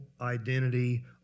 identity